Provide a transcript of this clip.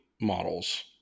models